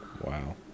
Wow